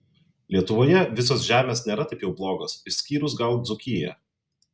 lietuvoje visos žemės nėra taip jau blogos išskyrus gal dzūkiją